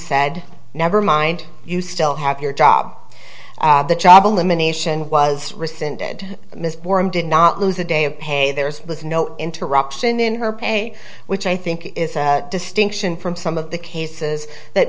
said never mind you still have your job the job elimination was rescinded ms boren did not lose a day of pay there is was no interruption in her pay which i think is a distinction from some of the cases that